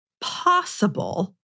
possible